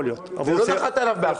זה לא נחת עליו בהפתעה.